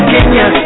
Kenya